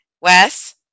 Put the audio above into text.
Wes